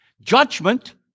judgment